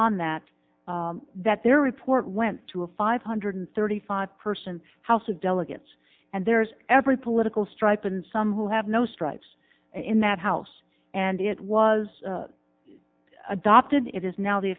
on that that their report went to a five hundred thirty five person house of delegates and there's every political stripe and some who have no stripes in that house and it was adopted it is now the